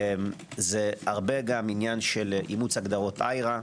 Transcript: זה הרבה עניין של איצוץ הגדרות IHRA,